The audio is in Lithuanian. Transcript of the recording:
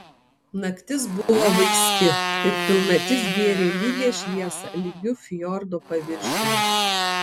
naktis buvo vaiski ir pilnatis bėrė lygią šviesą lygiu fjordo paviršiumi